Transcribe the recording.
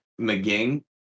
McGing